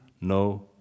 no